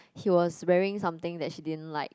he was wearing something that she didn't like